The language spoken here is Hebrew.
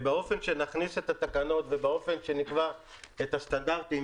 באופן שנכניס את התקנות ובאופן שנקבע את הסטנדרטים,